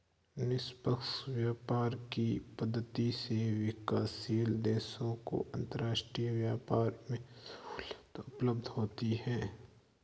निष्पक्ष व्यापार की पद्धति से विकासशील देशों को अंतरराष्ट्रीय व्यापार में सहूलियत उपलब्ध होती है